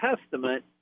Testament